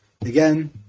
again